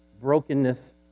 brokenness